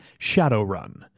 Shadowrun